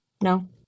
No